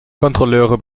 kontrolleure